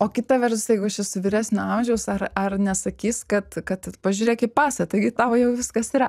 o kita vertus jeigu aš esu vyresnio amžiaus ar ar nesakys kad kad pažiūrėk į pasą taigi tau jau viskas yra